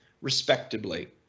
respectably